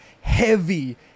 heavy